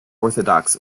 orthodox